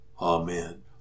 Amen